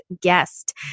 guest